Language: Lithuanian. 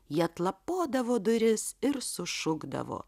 ji atlapodavo duris ir sušukdavo